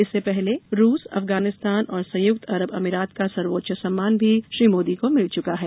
इससे पहले रूस अफगानिस्तान और संयुक्त अरब अमीरात का सर्वोच्च सम्मान भी श्री मोदी को मिल चुका है